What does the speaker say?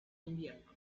invierno